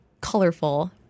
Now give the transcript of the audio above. colorful